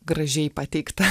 gražiai pateikta